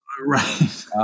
Right